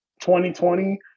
2020